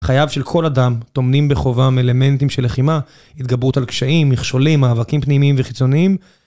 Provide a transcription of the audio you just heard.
חייו של כל אדם טומנים בחובם אלמנטים של לחימה, התגברות על קשיים, מכשולים, מאבקים פנימיים וחיצוניים.